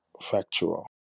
factual